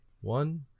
One